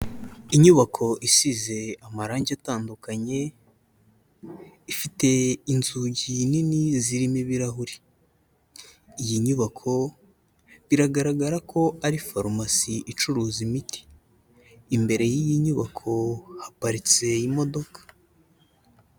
Inyubako isize amarangi atandukanye ifite inzugi nini zirimo ibirahuri, iyi nyubako biragaragara ko ari farumasi icuruza imiti, imbere y'iyi nyubako haparitse imodoka.